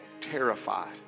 terrified